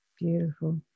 beautiful